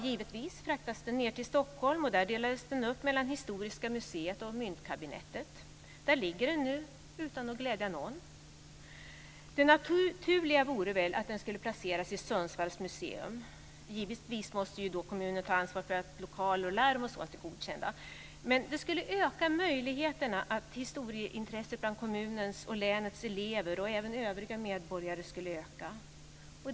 Jo, givetvis fraktades den ned till Stockholm och där delades den upp mellan Historiska museet och Myntkabinettet. Där ligger den nu, utan att glädja någon. Det naturliga vore väl att den skulle placeras i Sundsvalls museum. Givetvis måste kommunen då ta ansvar för att lokaler och larm är godkända. Men det skulle öka möjligheterna att höja historieintresset bland kommunens och länets elever, liksom även bland övriga medborgare.